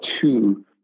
two